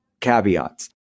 caveats